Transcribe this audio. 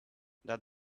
that